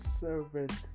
servant